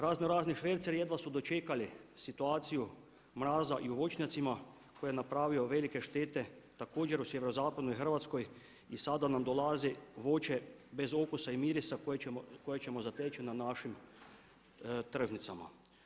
Raznorazni šverceri jedva su dočekali situaciju mraza i u voćnjacima koji je napravio velike štete također u sjeverozapadnoj Hrvatskoj i sada nam dolazi voće bez okusa i mirisa koje ćemo zateći na našim tržnicama.